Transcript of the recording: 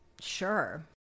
Sure